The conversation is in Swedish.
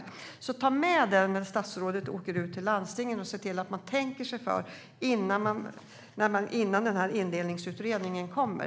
Jag vill att statsrådet tar med sig det när han åker ut till landstingen, så att man tänker sig för innan denna indelningsutredning kommer.